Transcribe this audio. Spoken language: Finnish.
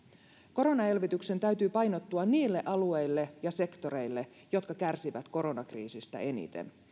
koronaelvytyksen täytyy painottua niille alueille ja sektoreille jotka kärsivät koronakriisistä eniten